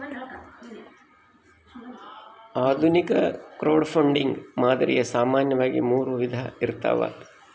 ಆಧುನಿಕ ಕ್ರೌಡ್ಫಂಡಿಂಗ್ ಮಾದರಿಯು ಸಾಮಾನ್ಯವಾಗಿ ಮೂರು ವಿಧ ಇರ್ತವ